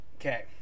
Okay